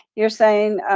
you're saying,